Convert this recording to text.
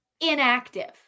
inactive